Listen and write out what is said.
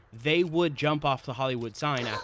they would jump off the hollywood sign um